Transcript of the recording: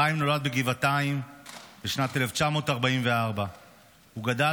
חיים נולד בגבעתיים בשנת 1944. הוא גדל